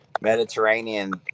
Mediterranean